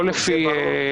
לא לפי הסדר אחר.